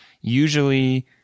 usually